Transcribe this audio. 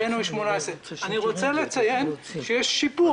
הראינו את 2018. אני רוצה לציין שיש שיפור